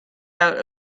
out